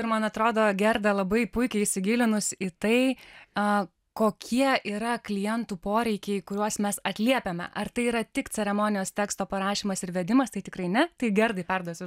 ir man atrodo gerda labai puikiai įsigilinus į tai a kokie yra klientų poreikiai kuriuos mes atliepiame ar tai yra tik ceremonijos teksto parašymas ir vedimas tai tikrai ne tai gerdai perduosiu